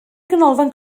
ganolfan